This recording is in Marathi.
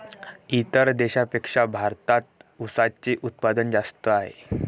इतर देशांपेक्षा भारतात उसाचे उत्पादन जास्त आहे